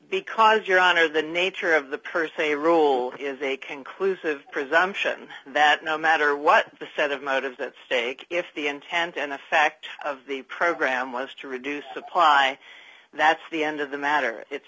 because your honor the nature of the per se rule is a conclusive presumption that no matter what the set of motives at stake if the intent and the fact of the program was to reduce the part i that's the end of the matter it's